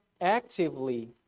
actively